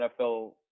NFL